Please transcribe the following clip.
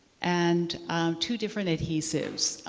and two different adhesives.